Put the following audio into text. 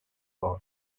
boy